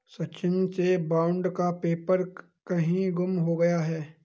सचिन से बॉन्ड का पेपर कहीं गुम हो गया है